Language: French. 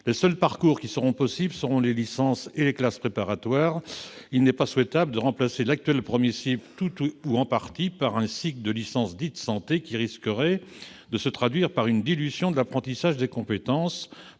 les seuls parcours possibles seront les licences et les classes préparatoires. Il n'est pas souhaitable de remplacer tout ou partie de l'actuel premier cycle par un cycle de licence dite « santé », qui risquerait de se traduire par une dilution de l'apprentissage des compétences,